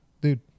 dude